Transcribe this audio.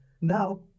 Now